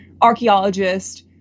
archaeologist